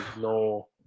no